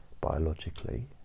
biologically